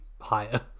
higher